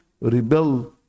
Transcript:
rebel